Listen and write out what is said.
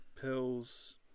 pills